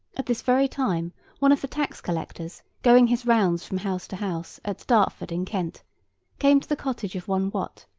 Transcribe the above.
at this very time one of the tax-collectors, going his rounds from house to house, at dartford in kent came to the cottage of one wat,